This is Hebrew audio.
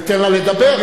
ניתן לה לדבר.